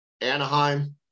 Anaheim